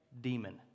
demon